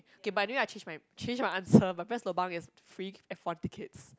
okay but anyway I change my change my answer my best lobang is free F-one tickets